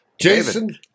Jason